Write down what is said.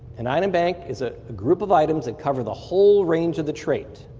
an item bank is a group of items that cover the whole range of the trait.